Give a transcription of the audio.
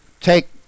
take